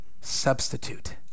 substitute